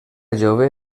jove